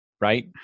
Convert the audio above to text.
Right